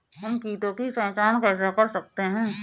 हम कीटों की पहचान कैसे कर सकते हैं?